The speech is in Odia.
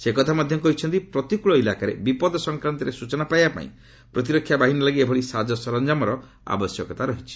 ସେ କହିଛନ୍ତି ପ୍ରତିକୂଳ ଇଲାକାରେ ବିପଦ ସଂକ୍ରାନ୍ତରେ ସୂଚନା ପାଇବା ପାଇଁ ପ୍ରତିରକ୍ଷା ବାହିନୀ ଲାଗି ଏଭଳି ସାଜ ସରଞ୍ଜାମର ଆବଶ୍ୟକତା ରହିଛି